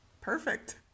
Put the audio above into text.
perfect